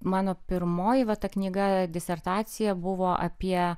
mano pirmoji va ta knyga disertacija buvo apie